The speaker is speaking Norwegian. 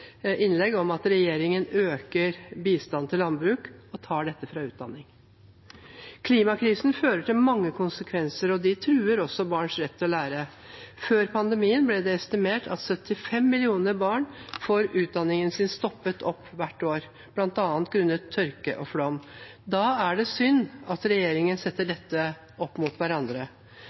innlegg om at regjeringen øker bistanden til landbruk og tar dette fra utdanning. Klimakrisen fører til mange konsekvenser og truer også barns rett til å lære. Før pandemien ble det estimert at 75 millioner barn får utdanningen sin stoppet opp hvert år, bl.a. grunnet tørke og flom. Da er det synd at regjeringen setter dette opp mot hverandre.